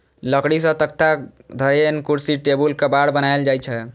लकड़ी सं तख्ता, धरेन, कुर्सी, टेबुल, केबाड़ बनाएल जाइ छै